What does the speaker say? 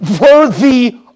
worthy